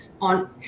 on